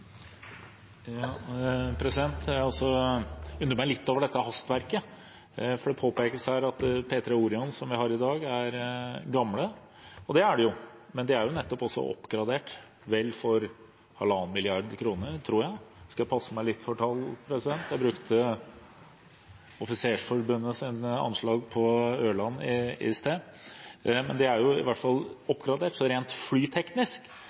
Jeg undrer meg litt over dette hastverket. Det påpekes her at P-3 Orion, som vi har i dag, er gamle. Det er de, men de er jo nettopp oppgradert, for 1,5 mill. kr, tror jeg – nå skal jeg passe meg litt for tall, jeg brukte Offisersforbundets anslag på Ørland i sted – men de er i hvert fall oppgradert, så rent flyteknisk